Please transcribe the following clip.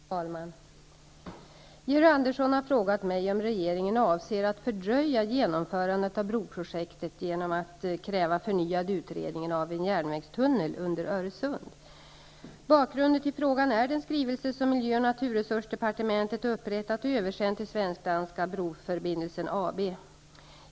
Fru talman! Georg Andersson har frågat mig om regeringen avser att fördröja genomförandet av broprojektet genom att kräva förnyad utredning av en järnvägstunnel under Öresund. Bakgrunden till frågan är den skrivelse som miljöoch naturresursdepartementet upprättat och översänt till Svensk-Danska Broförbindelsen AB.